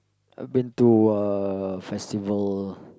I've been to uh festival